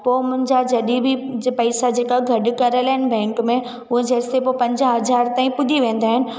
पोइ मुंहिंजा जॾहिं बि पैसा जेका गॾु कयलु आहिनि बैंक में उहो जेसि ताईं पोइ पंजाहु हज़ार ताईं पुॼी वेंदा आहिनि